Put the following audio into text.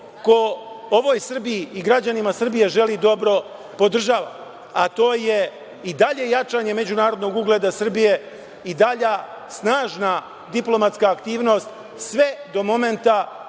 ko ovoj Srbiji i građanima Srbije želi dobro podržava, a to je i dalje jačanje međunarodnog ugleda Srbije, i dalja snažna diplomatska aktivnost, sve do momenta